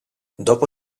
dopo